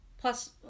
plus